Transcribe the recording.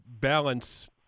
balance